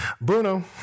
Bruno